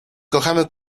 kochamy